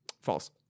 False